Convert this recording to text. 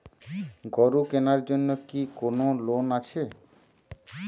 গরু কেনার জন্য কি কোন লোন আছে?